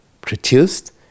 produced